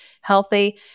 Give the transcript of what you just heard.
healthy